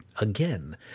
Again